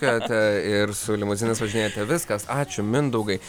kad ir su limuzinais važinėjate viskas ačiū mindaugai